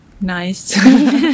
nice